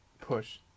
Push